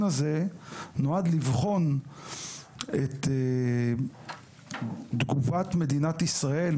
הזה נועד לבחון את תגובת מדינת ישראל,